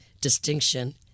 distinction